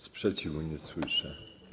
Sprzeciwu nie słyszę.